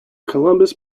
columbus